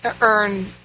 earn